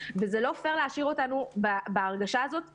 וזה לא פייר להשאיר אותנו בהרגשה הזאת לבד.